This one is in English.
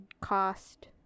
cost